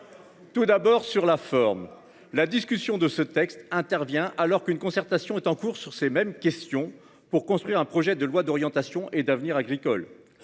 Tout d'abord sur la forme, la discussion de ce texte intervient alors qu'une concertation est en cours sur ces mêmes questions pour construire un projet de loi d'orientation et d'avenir agricole